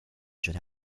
should